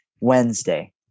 wednesday